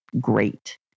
great